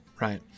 right